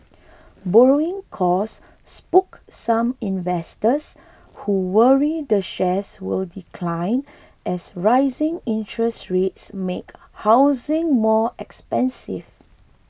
borrowing costs spooked some investors who worry the shares will decline as rising interest rates make housing more expensive